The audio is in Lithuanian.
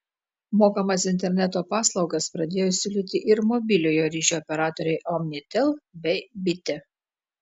mokamas interneto paslaugas pradėjo siūlyti ir mobiliojo ryšio operatoriai omnitel bei bitė